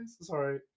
sorry